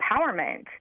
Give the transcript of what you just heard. empowerment